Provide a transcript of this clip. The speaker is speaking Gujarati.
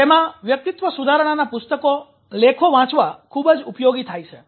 તેમા વ્યક્તિત્વ સુધારણાનાં પુસ્તકો લેખો વાંચવા ખુબ જ ઉપયોગી થાય છે